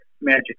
magic